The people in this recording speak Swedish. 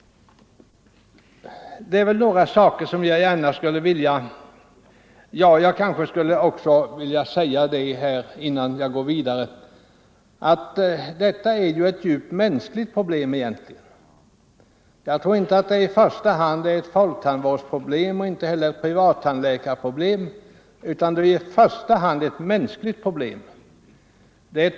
Jag tror inte att detta egentligen är ett folktandvårdsproblem och inte heller ett privattandläkarproblem utan i första hand ett djupt mänskligt problem.